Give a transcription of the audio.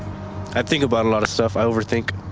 i think about a lot of stuff. i overthink.